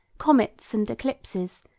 comets and eclipses,